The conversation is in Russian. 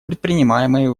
предпринимаемые